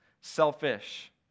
selfish